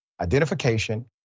identification